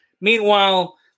Meanwhile